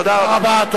תודה רבה.